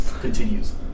continues